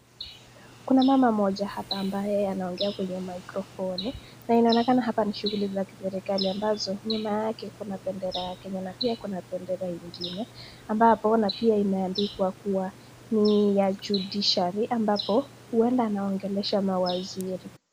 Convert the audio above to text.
Kuna mama mmoja hapa ambaye anaongea kwenye mikrofoni. Na inaonekana hapa ni shughuli za kiserikali ambazo nyuma yake kuna bendera ya Kenya na pia kuna bendera ingine. Ambapo na pia imeandikwa kuwa ni ya judiciary ambapo huenda anaongelesha mawaziri.